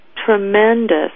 tremendous